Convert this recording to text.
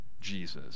Jesus